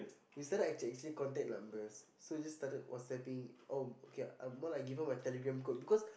we set out actually exchange contact numbers so we just started whatsapping oh okay more like give her my Telegram code because